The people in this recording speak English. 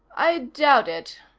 i doubt it,